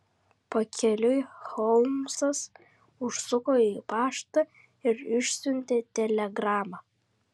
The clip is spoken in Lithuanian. pakeliui holmsas užsuko į paštą ir išsiuntė telegramą